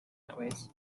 highways